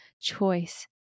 choice